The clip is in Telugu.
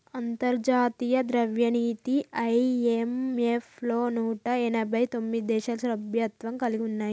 అంతర్జాతీయ ద్రవ్యనిధి ఐ.ఎం.ఎఫ్ లో నూట ఎనభై తొమ్మిది దేశాలు సభ్యత్వం కలిగి ఉన్నాయి